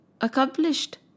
accomplished